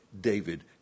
David